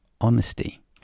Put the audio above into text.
honesty